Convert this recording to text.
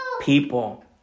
people